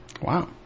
Wow